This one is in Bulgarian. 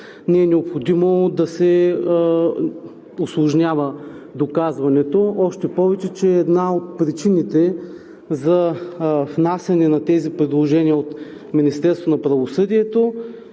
не е необходимо да се усложнява доказването. Още повече една от причините за внасяне на тези предложения от